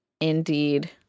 indeed